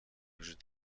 وجود